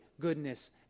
goodness